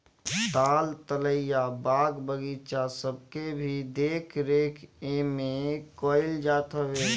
ताल तलैया, बाग बगीचा सबके भी देख रेख एमे कईल जात हवे